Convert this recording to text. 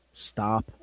stop